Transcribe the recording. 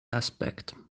aspect